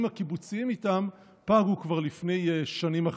הקיבוציים איתם פגו כבר לפני שנים אחדות.